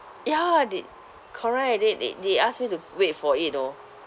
ya they correct they they they ask me to wait for it know